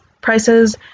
prices